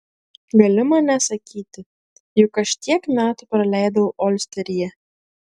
gali man nesakyti juk aš tiek metų praleidau olsteryje